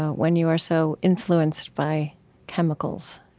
when you are so influenced by chemicals?